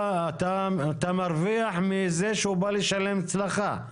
אתה מרוויח מזה שהוא משלם אצלך.